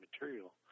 material